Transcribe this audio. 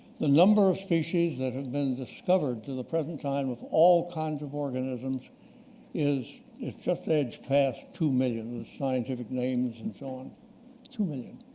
the number of species that have been discovered to the present time of all kinds of organisms is it just edged past two million, the scientific names and so on two million